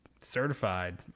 certified